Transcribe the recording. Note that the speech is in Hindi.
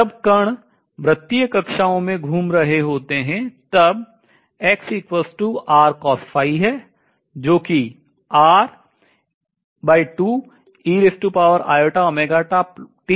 जब कण वृतीय कक्षाओं में घूम रहे होते हैं तब है जो कि है